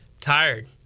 tired